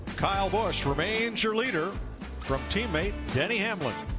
kyle busch remains your leader from teammate denny hamlin.